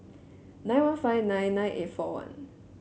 nine one five nine nine eight four one